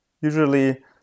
usually